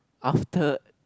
after